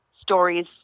stories